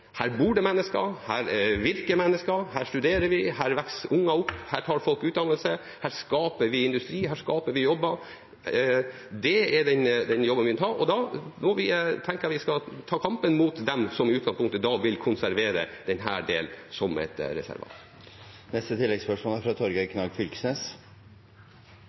tar folk utdannelse, her skaper vi industri, her skaper vi jobber. Det er den jobben vi må gjøre. Da tenker jeg at vi skal ta opp kampen mot dem som i utgangspunktet vil konservere denne delen som et reservat. Torgeir Knag Fylkesnes – til oppfølgingsspørsmål. Eg er